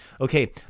Okay